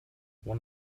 one